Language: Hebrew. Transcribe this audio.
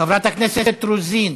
חברת הכנסת רוזין,